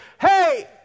Hey